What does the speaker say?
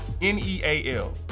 N-E-A-L